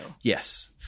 Yes